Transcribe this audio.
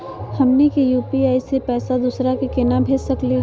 हमनी के यू.पी.आई स पैसवा दोसरा क केना भेज सकली हे?